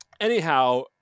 Anyhow